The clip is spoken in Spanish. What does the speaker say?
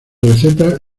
recetas